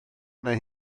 mae